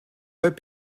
but